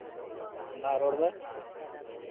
ᱢᱟ ᱨᱚᱲ ᱢᱮ